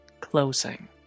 Closing